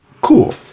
Cool